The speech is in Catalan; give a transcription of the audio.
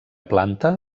planta